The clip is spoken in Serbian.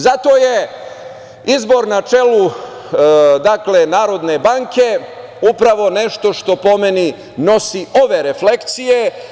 Zato je izbor na čelu Narodne banke upravo nešto što po meni, nosi ove refleksije.